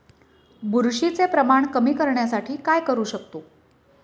बुरशीचे प्रमाण कमी करण्यासाठी काय करू शकतो?